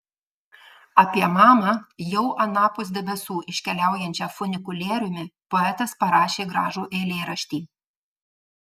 apie mamą jau anapus debesų iškeliaujančią funikulieriumi poetas parašė gražų eilėraštį